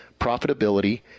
profitability